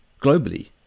globally